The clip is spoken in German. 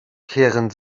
kehren